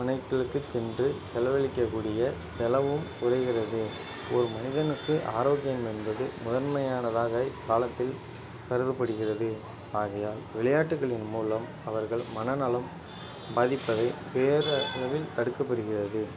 மனைகளுக்கு சென்று செலவளிக்கக் கூடிய செலவும் குறைகிறது ஒரு மனிதனுக்கு ஆரோக்கியம் என்பது முதன்மையானதாக இக்காலத்தில் கருதப்படுகிறது ஆகையால் விளையாட்டுகளின் மூலம் அவர்கள் மன நலம் பாதிப்பது பேரளவில் தடுக்கப்படுகிறது